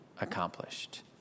accomplished